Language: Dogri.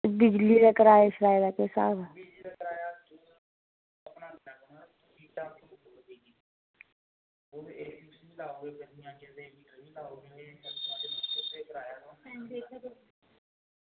बिजली दे किराये दा केह् स्हाब ऐ